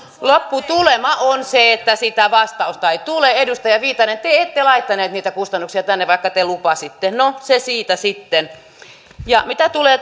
lopputulema on se että sitä vastausta ei tule edustaja viitanen te te ette laittaneet niitä kustannuksia tänne vaikka te lupasitte no se siitä sitten mitä tulee